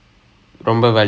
but then